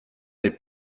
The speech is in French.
n’est